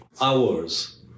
hours